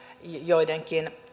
joidenkin